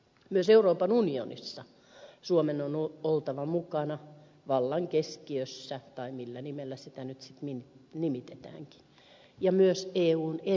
myös euroopan unionissa suomen on oltava mukana vallan keskiössä tai millä nimellä sitä nyt sitten nimitetäänkin ja myös eun eri elimissä